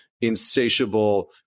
insatiable